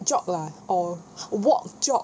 jog lah or walk jog